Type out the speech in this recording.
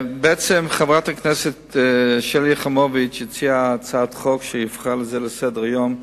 בעצם חברת הכנסת שלי יחימוביץ הציעה הצעת חוק שהפכה להצעה לסדר-היום.